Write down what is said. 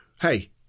hey